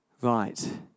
Right